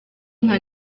nka